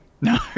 No